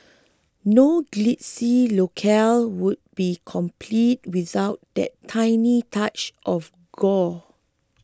no glitzy locale would be complete without that tiny touch of gore